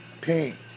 pain